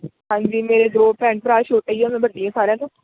ਹਾਂਜੀ ਮੇਰੇ ਦੋ ਭੈਣ ਭਰਾ ਛੋਟੇ ਹੀ ਹੈ ਮੈਂ ਵੱਡੀ ਹਾਂ ਸਾਰਿਆਂ ਤੋਂ